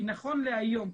נכון להיום,